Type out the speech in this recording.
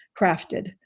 crafted